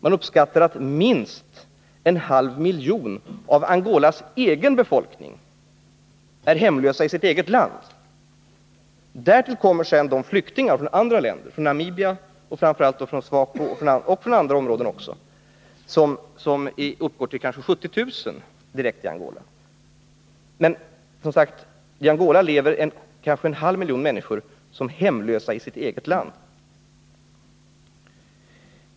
Det uppskattas att minst en halv miljon människor av Angolas egen befolkning är hemlösa i sitt eget land. Därtill kommer de flyktingar som befinner sig i Angola och som kommer från andra områden, bl.a. från Namibia — framför allt SWAPO-anhängare — men också från andra länder. Deras antal uppgår till kanske 70 000.